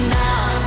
now